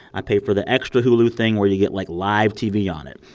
i pay for the extra hulu thing where you get, like, live tv on it.